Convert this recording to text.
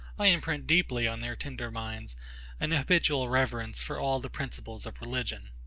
i imprint deeply on their tender minds an habitual reverence for all the principles of religion.